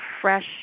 fresh